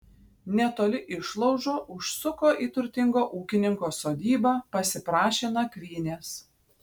netoli išlaužo užsuko į turtingo ūkininko sodybą pasiprašė nakvynės